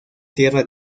tierra